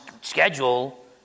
schedule